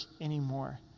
anymore